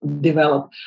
develop